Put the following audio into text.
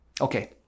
Okay